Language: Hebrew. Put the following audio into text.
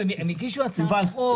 הם הגישו הצעת חוק.